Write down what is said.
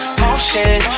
motion